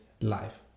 life